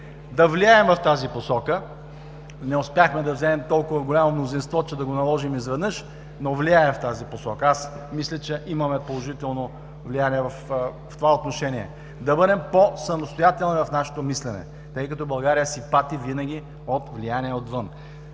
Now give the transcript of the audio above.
да влияем в тази посока. Не успяхме да вземем толкова голямо мнозинство, че да го наложим изведнъж, но влияем в тази посока. Мисля, че имаме положително влияние в това отношение – да бъдем по-самостоятелни в нашето мислене, тъй като България си пати винаги от влияние отвън.